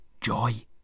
joy